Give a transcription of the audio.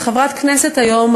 כחברת כנסת היום,